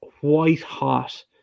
white-hot